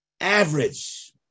average